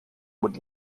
would